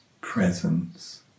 presence